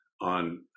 on